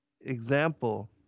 example